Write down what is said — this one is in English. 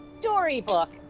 storybook